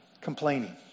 complaining